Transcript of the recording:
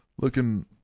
looking